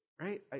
right